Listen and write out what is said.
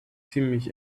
ziemlich